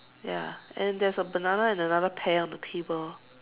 ya and then there's a banana and another pear on the table